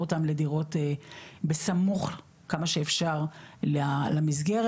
אותם לדירות בסמוך כמה שאפשר למסגרת,